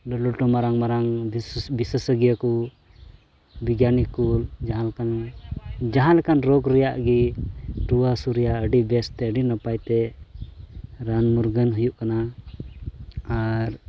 ᱞᱟᱹᱴᱩ ᱞᱟᱹᱴᱩ ᱢᱟᱨᱟᱝ ᱢᱟᱨᱟᱝ ᱵᱤᱥᱮᱥᱚᱜᱽᱜᱚ ᱠᱚ ᱵᱤᱜᱽᱜᱟᱱᱤᱠ ᱠᱚ ᱡᱟᱦᱟᱸ ᱞᱮᱠᱟᱱ ᱡᱟᱦᱟᱸ ᱞᱮᱠᱟᱱ ᱨᱳᱜᱽ ᱨᱮᱭᱟᱜ ᱜᱮ ᱨᱩᱣᱟᱹ ᱦᱟᱹᱥᱩ ᱨᱮᱭᱟᱜ ᱟᱹᱰᱤ ᱵᱮᱥᱛᱮ ᱟᱹᱰᱤ ᱱᱟᱯᱟᱭ ᱛᱮ ᱨᱟᱱ ᱢᱩᱨᱜᱟᱹᱱ ᱦᱩᱭᱩᱜ ᱠᱟᱱᱟ ᱟᱨ